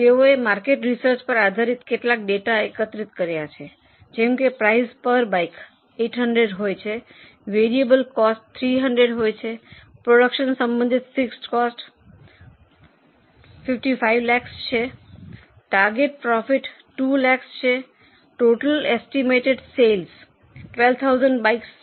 તેઓએ market research પર આધારિત કેટલાક ડેટા એકત્રિત કર્યા છે જેમ કે પ્રાઇસ પર બાઇક 800 હોય છે વેરીએબલ કોસ્ટ 300 હોય છે પ્રોડ્યૂકશન સંબંધિત ફિક્સડ કોસ્ટ 55 લાખ છે ટાર્ગેટ પ્રોફિટ 2 લાખ છે ટોટલ એસ્ટિમેટેડ સેલ્સ 12000 બાઇકસ છે